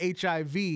HIV